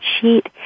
sheet